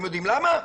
אתם יודעים למה?